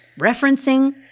referencing